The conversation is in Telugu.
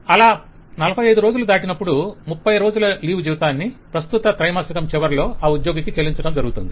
క్లయింట్ అలా 45 రోజులు దాటినప్పుడు 30 రోజుల లీవ్ జీతాన్ని ప్రస్తుత త్రైమాసికం చివరలో ఆ ఉద్యోగికి చెల్లించటం జరుగుతుంది